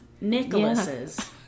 Nicholas's